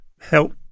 help